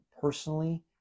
personally